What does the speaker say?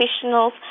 professionals